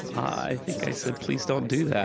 i think i said please don't do that.